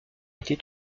été